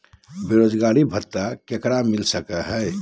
बेरोजगारी भत्ता ककरा मिलता सको है?